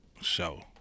show